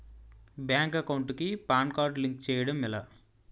Bank account కి PAN card link చేయడం ఎలా?